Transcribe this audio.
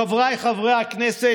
חבריי חברי הכנסת,